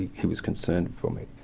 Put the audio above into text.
he was concerned for me.